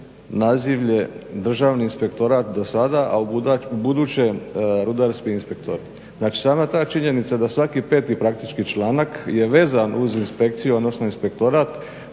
nazivlje Državni inspektorat do sada, a ubuduće rudarski inspektor. Znači sama ta činjenica da svaki peti praktički članak je vezan uz inspekciju odnosno inspektorat